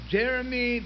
Jeremy